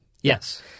Yes